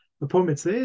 appointments